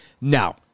Now